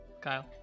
Kyle